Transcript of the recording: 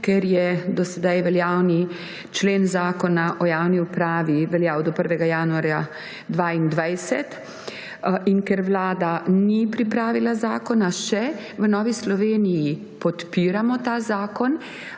Ker je do sedaj veljavni člen zakona o javni upravi veljal do 1. januarja 2022 in ker Vlada še ni pripravila zakona, v Novi Sloveniji podpiramo ta zakon.